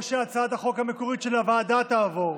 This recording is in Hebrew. או שהצעת החוק המקורית של הוועדה תעבור,